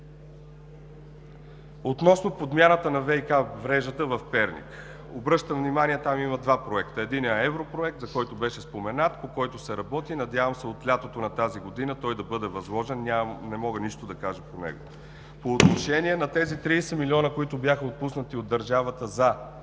Относно подмяната на ВиК мрежата в Перник. Обръщам внимание, че там има два проекта. Единият е европроект, който беше споменат, по който се работи. Надявам се от лятото на тази година той да бъде възложен. Не мога да кажа нищо по него. По отношение на тези 30 милиона, които бяха отпуснати от държавата за